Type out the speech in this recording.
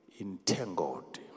entangled